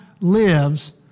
lives